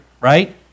Right